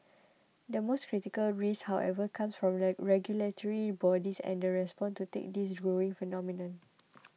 the most critical risk however comes from regulatory bodies and the response to take this growing phenomenon